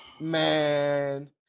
man